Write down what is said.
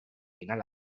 final